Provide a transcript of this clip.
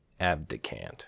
abdicant